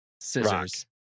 Scissors